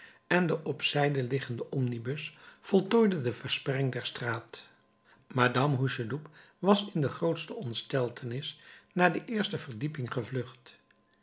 en de op zijde liggende omnibus voltooide de versperring der straat madame hucheloup was in de grootste ontsteltenis naar de eerste verdieping gevlucht